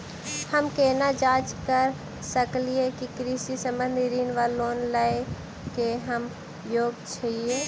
हम केना जाँच करऽ सकलिये की कृषि संबंधी ऋण वा लोन लय केँ हम योग्य छीयै?